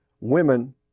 women